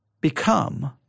become